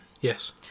Yes